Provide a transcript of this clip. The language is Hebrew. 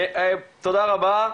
תודה רבה.